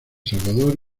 salvador